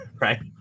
right